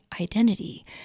identity